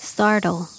Startle